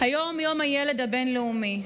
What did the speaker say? היום יום הילד הבין-לאומי.